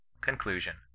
CONCLUSION